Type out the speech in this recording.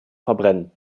verbrennen